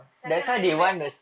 second I feel bad